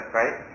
right